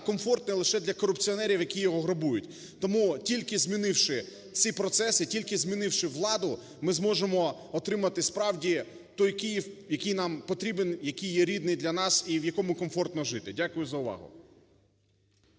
комфортне лише для корупціонерів, які його грабують. Тому, тільки змінивши ці процеси, тільки змінивши владу, ми зможемо отримати, справді, той Київ, який нам потрібен, який є рідним для нас і в якому комфортно жити. Дякую за увагу.